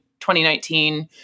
2019